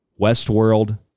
Westworld